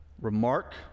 Remark